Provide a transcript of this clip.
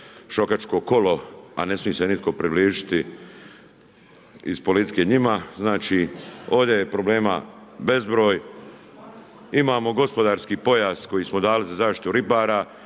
šokačko kolo, a ne smije im se nitko približiti iz politike njima. Znači, ovdje je problema bezbroj. Imamo gospodarski pojas koji smo dali za zaštitu ribara,